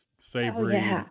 savory